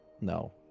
No